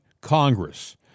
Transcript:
Congress